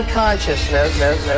consciousness